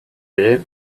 ere